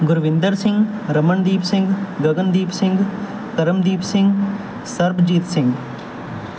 Gurvinder Singh Ramandeep Singh Gagandeep Singh Karamdeep Singh Sarabjit Singh